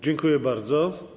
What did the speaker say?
Dziękuję bardzo.